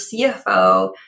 CFO